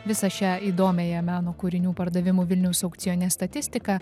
visą šią įdomiąją meno kūrinių pardavimų vilniaus aukcione statistiką